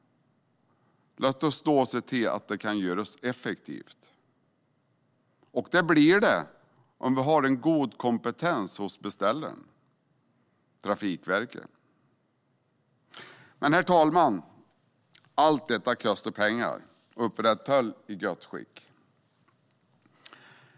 Låt oss då se till att det kan göras effektivt. Det blir det om vi har en god kompetens hos beställaren - Trafikverket. Herr talman! Allt detta kostar pengar att upprätthålla i gott skick.